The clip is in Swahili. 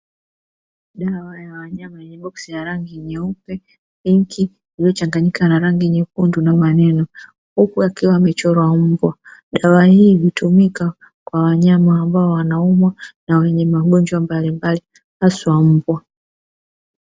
Dawa ya wanyama yenye boksi ya rangi nyeupe pinki ilichanganyika na rangi nyekundu na maneno huku ikiwa imechorwa mbwa. Dawa hii hutumika kwa wanyama ambao wanaumwa na magonjwa mbalimbali haswa mbwa.